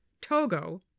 togo